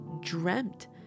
dreamt